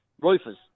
Roofers